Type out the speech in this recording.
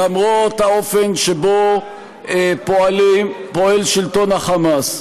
למרות האופן שבו פועל שלטון ה"חמאס",